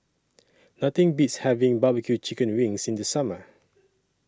Nothing Beats having Barbecue Chicken Wings in The Summer